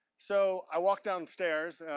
so, i walked downstairs.